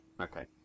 Okay